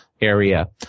area